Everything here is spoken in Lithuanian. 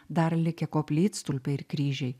dar likę koplytstulpiai ir kryžiai